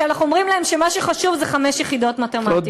כי אנחנו אומרים להם שמה שחשוב זה חמש יחידות במתמטיקה.